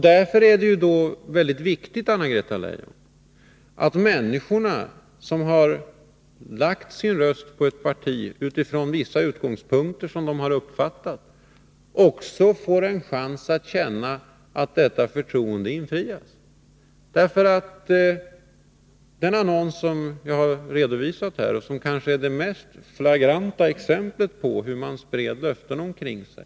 Därför är det väldigt viktigt, Anna-Greta Leijon, att de människor som har lagt sin röst på ett parti utifrån vissa utgångspunkter, så som de har uppfattat dem, också får sina förväntningar infriade. Den annons som jag har redovisat är kanske det mest flagranta exemplet på hur socialdemokraterna spred löften omkring sig.